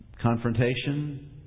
confrontation